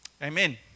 Amen